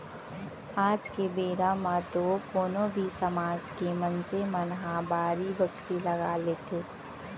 आज के बेरा म तो कोनो भी समाज के मनसे मन ह बाड़ी बखरी लगा लेथे